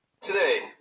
today